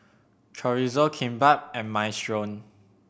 Chorizo Kimbap and Minestrone